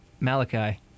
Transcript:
Malachi